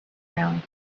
round